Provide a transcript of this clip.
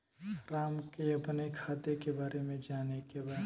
राम के अपने खाता के बारे मे जाने के बा?